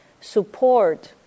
support